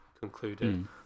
concluded